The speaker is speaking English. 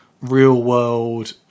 real-world